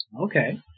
Okay